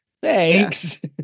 thanks